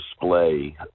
display